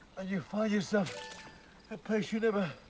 and you find yourself a place you never,